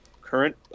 current